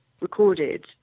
recorded